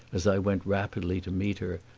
as i went rapidly to meet her,